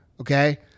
Okay